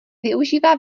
využívá